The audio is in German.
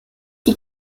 die